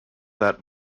that